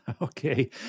Okay